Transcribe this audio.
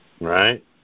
right